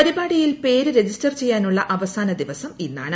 പരിപാടിയിൽ പേര് രജിസ്റ്റർ ചെയ്യാനുള്ള് അവസാന ദിവസം ഇന്നാണ്